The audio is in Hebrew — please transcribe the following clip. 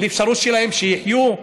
לאפשרות שלהם לחיות?